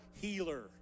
healer